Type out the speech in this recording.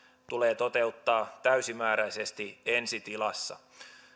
tulee toteuttaa täysimääräisesti ensi tilassa